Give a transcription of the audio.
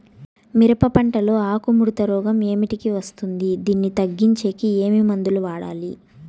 మిరప పంట లో ఆకు ముడత రోగం ఏమిటికి వస్తుంది, దీన్ని తగ్గించేకి ఏమి మందులు వాడాలి?